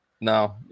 No